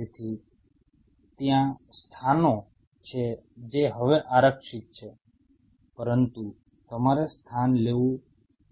તેથી ત્યાં સ્થાનો છે જે હવે આરક્ષિત છે પરંતુ તમારે સ્થાન લેવું